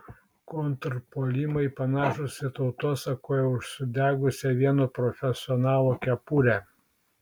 kontrpuolimai panašūs į tautosakoje užsidegusią vieno profesionalo kepurę